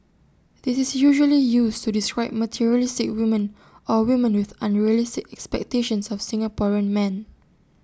this is usually used to describe materialistic women or women with unrealistic expectations of Singaporean men